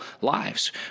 lives